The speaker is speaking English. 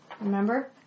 Remember